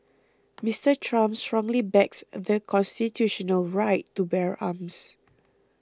Mister Trump strongly backs the constitutional right to bear arms